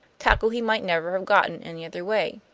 tackle he might never have got in any other way.